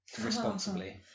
responsibly